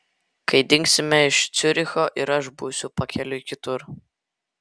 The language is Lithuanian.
kai dingsime iš ciuricho ir aš būsiu pakeliui kitur